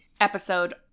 episode